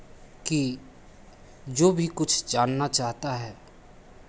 कि जो भी कुछ जानना चाहता है